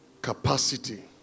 capacity